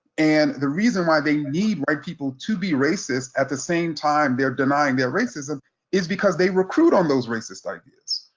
and the reason why they need white people to be racist at the same time they're denying their racism is because they recruit on those racist ideas.